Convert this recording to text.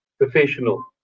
professional